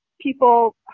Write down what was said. people